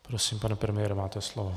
Prosím, pane premiére, máte slovo.